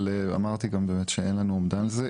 אבל באמת גם אמרתי שאין לנו אומדן לזה.